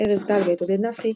ארז טל ואת עודד נפחי,